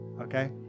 Okay